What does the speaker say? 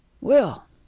Well